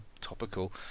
Topical